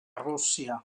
rússia